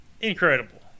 incredible